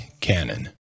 Canon